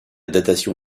datation